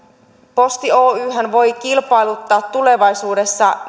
posti oyhän voi tulevaisuudessa